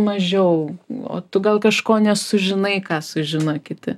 mažiau o tu gal kažko nesužinai ką sužino kiti